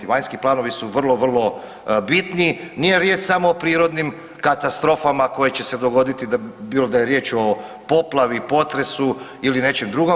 Vanjski planovi su vrlo vrlo bitni, nije riječ samo o prirodnim katastrofama koje će se dogoditi bilo da je riječ o poplavi, potresu ili nečem drugom.